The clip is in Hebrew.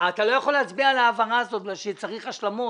אתה לא יכול להצביע על ההעברה הזאת בגלל שצריך השלמות.